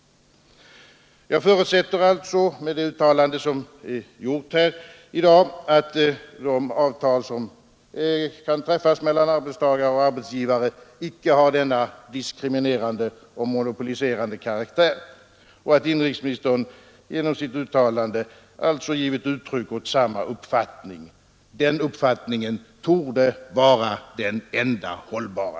Jag förutsätter alltså, mot bakgrund av det uttalande som är gjort här i dag, att de avtal som kan träffas mellan arbetstagare och arbetsgivare icke har denna diskriminerande och monopoliserande karaktär och att inrikesministern genom nämnda uttalande alltså givit uttryck åt samma uppfattning. Den uppfattningen torde vara den enda hållbara.